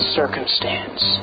circumstance